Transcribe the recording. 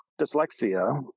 dyslexia